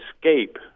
escape